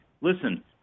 listen